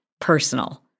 personal